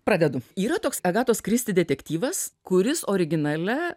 pradedu yra toks agatos kristi detektyvas kuris originale